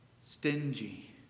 stingy